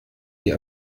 die